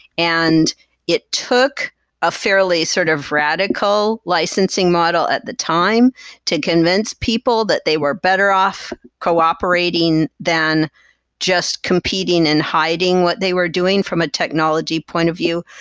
and it took a fairly sort of radical licensing model at the time to convince people that they were better off cooperating than just competing and hiding what they were doing from a technology point of view.